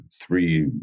three